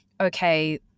okay